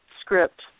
script